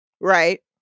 Right